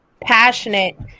passionate